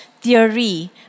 theory